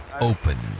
open